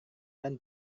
dan